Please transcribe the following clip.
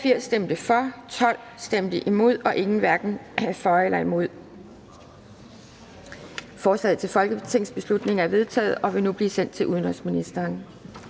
(EL, ALT og Susanne Zimmer (UFG)), hverken for eller imod stemte 0. Forslaget til folketingsbeslutning er vedtaget og vil nu blive sendt til udenrigsministeren.